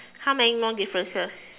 how many more differences